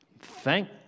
Thank